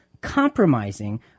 compromising